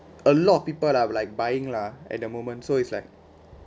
a lot of people are like buying lah at the moment so it's like